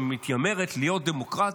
שמתיימרת להיות דמוקרטית,